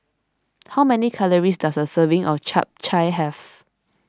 how many calories does a serving of Chap Chai have